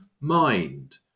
mind